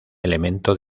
elemento